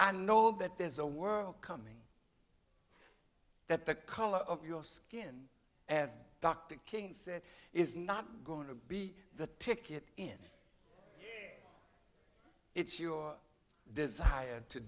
i know that there's a world coming that the color of your skin as dr king said is not going to be the ticket in it's your desire to